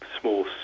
small